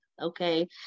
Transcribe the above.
okay